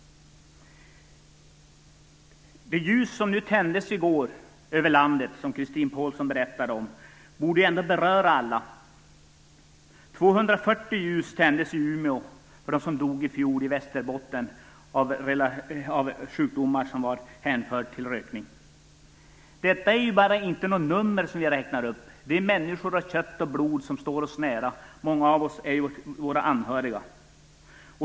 De ljus som tändes över landet i går, som Chatrine Pålsson berättade om, borde ändå beröra alla. 240 ljus tändes i Umeå för dem som dog i fjol i Västerbotten av sjukdomar som man kan hänföra till rökningen. Det här är inte bara något nummer vi räknar upp. Det är människor av kött och blod som stått oss nära, många av dem våra anhöriga.